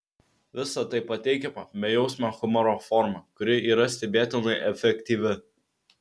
visa tai pateikiama bejausmio humoro forma kuri yra stebėtinai efektyvi